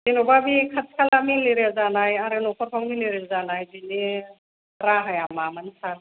जेन'बा बे खाथि खाला मेलेरिया जानाय आरो बे न'खफ्राव मेलेरिया जानाय बिनि राहाया मामोन सार